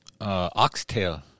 oxtail